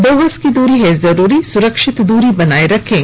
दो गज की दूरी है जरूरी सुरक्षित दूरी बनाए रखें